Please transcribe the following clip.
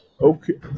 Okay